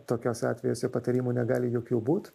tokiuose atvejuose patarimų negali jokių būt